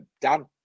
Dan